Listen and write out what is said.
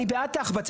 אני בעד תחב"צ,